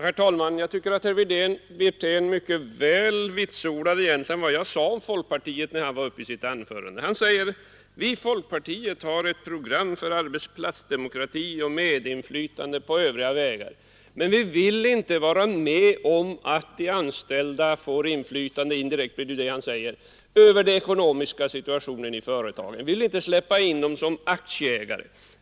Herr talman! Jag tycker att herr Wirtén i sitt anförande egentligen mycket väl vitsordat vad jag sade om folkpartiet. Han säger: Vi i folkpartiet har ett program för arbetsplatsdemokrati och medinflytande på övriga vägar, men vi vill inte vara med om att de anställda får inflytande — indirekt blir det ju detta han säger — över den ekonomiska situationen i företagen. Han vill inte släppa in de anställda som aktieägare.